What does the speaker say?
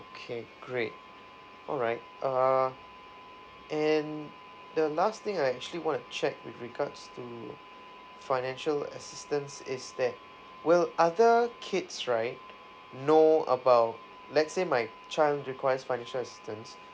okay great all right uh and the last thing I actually want to check with regards to financial assistance is that will other kids right know about let's say my child requires financial assistance